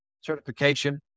certification